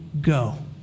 go